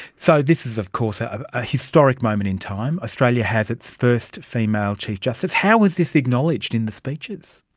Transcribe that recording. so this is of course ah a ah historic moment in time. australia has its first female chief justice. how was this acknowledged in the speeches?